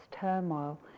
turmoil